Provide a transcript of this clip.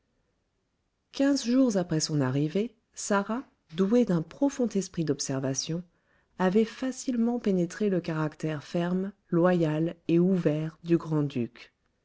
quinze jours après son arrivée sarah douée d'un profond esprit d'observation avait facilement pénétré le caractère ferme loyal et ouvert du grand-duc avant